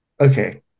Okay